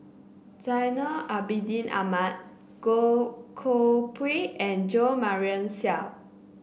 Zainal Abidin Ahmad Goh Koh Pui and Jo Marion Seow